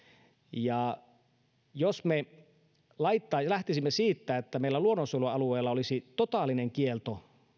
jos me lähtisimme siitä että meillä olisi luonnonsuojelualueilla totaalinen kielto